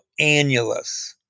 annulus